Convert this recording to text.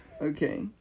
Okay